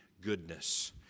goodness